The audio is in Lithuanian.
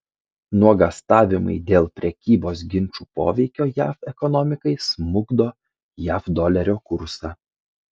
nuogąstavimai dėl prekybos ginčų poveikio jav ekonomikai smukdo jav dolerio kursą